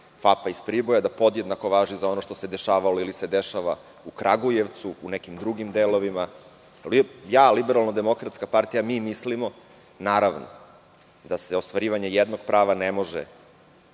FAP-a iz Priboja, da podjednako važi za ono što se dešavalo ili se dešava u Kragujevcu u nekim drugim delovima. Lično i LDP, mi mislimo, naravno, da se ostvarivanje jednog prava ne može